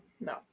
No